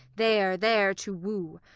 there, there to woo.